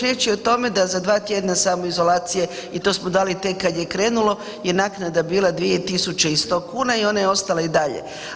Riječ je o tome da za 2 tjedna samoizolacije i to smo dali tek kad je krenulo je naknada bila 2.100 kuna i ona je ostala i dalje.